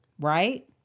Right